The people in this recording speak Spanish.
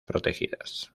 protegidas